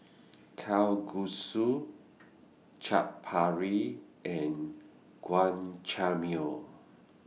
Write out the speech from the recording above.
Kalguksu Chaat Papri and